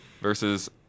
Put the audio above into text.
Versus